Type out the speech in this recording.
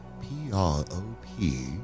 P-R-O-P